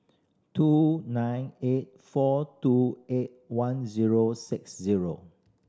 two nine eight four two eight one zero six zero